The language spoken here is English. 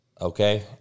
okay